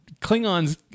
Klingons